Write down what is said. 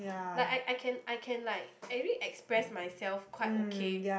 like I I can I can like I already express myself quite okay